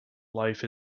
life